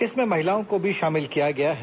इसमें महिलाओं को भी शामिल किया गया है